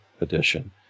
edition